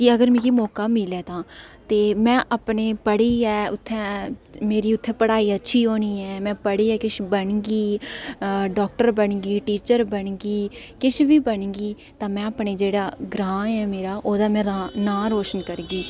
के अगर मिगी मौका मिलै तां में अपने मेरी उत्थै पढ़ियै उत्थै पढ़ाई अच्छी होनी में पढ़ियै किश बनगी डाक्टर बनगी टीचर बनगी किश बी बनगी तां में अपना जेह्ड़ा ग्रांऽ ऐ मेरा ओह्दा में नांऽ रोशन करगी